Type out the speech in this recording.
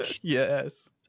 Yes